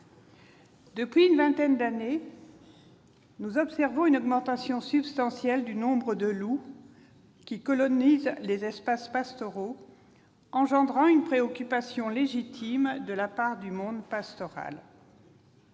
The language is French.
Depuis une vingtaine d'années, nous observons une augmentation substantielle du nombre de loups qui colonisent les espaces pastoraux, engendrant une préoccupation légitime de la part du monde pastoral.